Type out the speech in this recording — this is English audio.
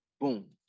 boom